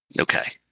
okay